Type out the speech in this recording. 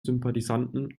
sympathisanten